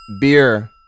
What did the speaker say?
Beer